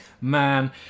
man